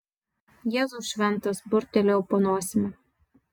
jėzau šventas burbtelėjau po nosimi